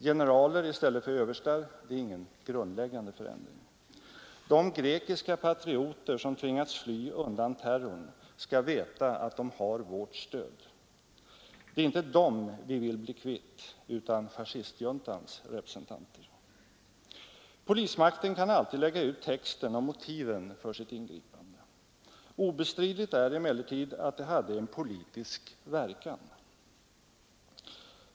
Generaler i stället för överstar — det är ingen grundläggande förändring. De grekiska patrioter som tvingats fly undan terrorn skall veta att de har vårt stöd. Det är inte den vi vill bli kvitt, utan fascistjuntans representanter. Polismakten kan alltid lägga ut texten och motiven för sitt ingripande. Obestridligt är emellertid att det hade en politisk verkan.